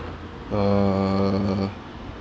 err